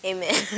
Amen